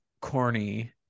corny